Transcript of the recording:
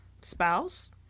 spouse